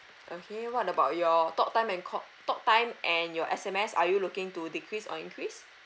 okay what about your talk time and call talk time and your S_M_S are you looking to decrease or increase